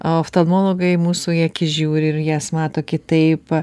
oftalmologai mūsų į akis žiūri ir jas mato kitaip